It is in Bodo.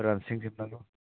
रानस्रिं जोबनागौ